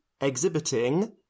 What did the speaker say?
exhibiting